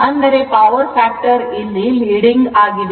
ಅಂದರೆ power factor ಇಲ್ಲಿ leading ಆಗಿದೆ